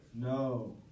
No